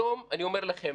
היום אני אומר לכם.